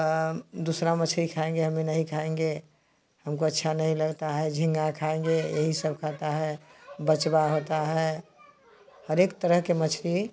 दूसरी मछ्ली खाएँगे हम यह नहीं खाएँगे हमको अच्छा नहीं लगता है झीँगा खाएँगे यही सब खाता है बचबा होता है हरेक तरह की मछ्ली